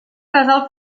casal